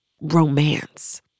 romance